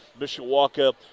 Mishawaka